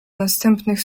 następnych